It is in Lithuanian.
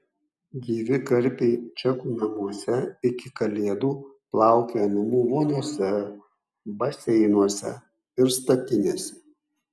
gyvi karpiai čekų namuose iki kalėdų plaukioja namų voniose baseinuose ir statinėse